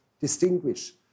distinguish